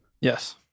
Yes